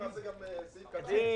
אנחנו נעשה גם סעיף קטן,